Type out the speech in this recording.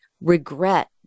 regret